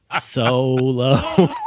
solo